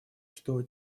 что